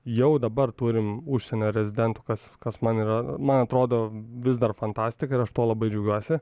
jau dabar turim užsienio rezidentų kas kas man yra man atrodo vis dar fantastika ir aš tuo labai džiaugiuosi